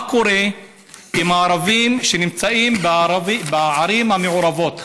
מה קורה עם הערבים שנמצאים בערים המעורבות,